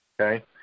okay